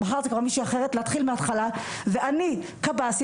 כי מחר זו מישהי אחרת,